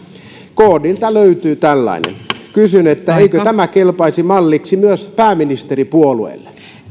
kdltä löytyy tällainen kysyn eikö tämä kelpaisi malliksi myös pääministeripuolueelle